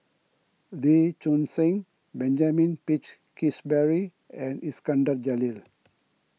Lee Choon Seng Benjamin Peach Keasberry and Iskandar Jalil